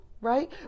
right